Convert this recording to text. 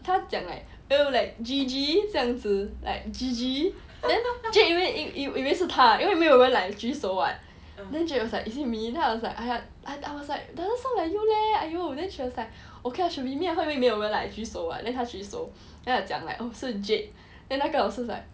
他讲 like like G_G 这样子 like G_D then jade 以为是他因为没有人 like G_D [what] then she was like is it me then I was like !aiya! I was like doesn't sound like you leh !aiyo! then she was like okay it should be me 因为没有人举手 [what] then 他去举手 then 他讲 like oh 是 jade then 那个老师